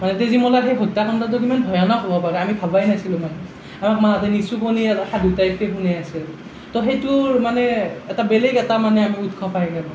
তেজীমলাৰ সেই হত্যাকাণ্ডটো কিমান ভয়ানক হ'ব পাৰে আমি ভাবাই নাছিলো মানে আমাক মাহঁতে নিচুকনি আৰু সাধু টাইপকৈ শুনাই আছিল তো সেইটোৰ মানে এটা বেলেগ এটা মানে আমি উৎস পাই গ'লো